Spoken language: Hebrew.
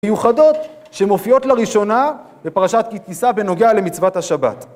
מיוחדות שמופיעות לראשונה בפרשת כי תישא בנוגע למצוות השבת.